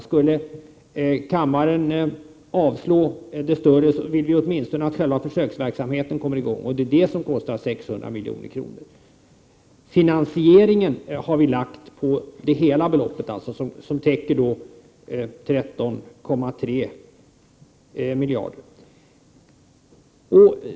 Skulle kammaren avslå det större, så vill vi åtminstone att själva försöksverksamheten kommer i gång, och det är detta som kostar 600 milj.kr. Finansieringen har vi lagt på hela beloppet som täcker 13,3 miljarder.